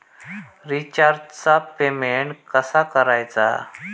रिचार्जचा पेमेंट कसा करायचा?